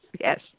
Yes